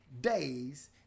days